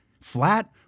Flat